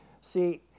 See